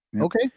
okay